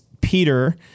Peter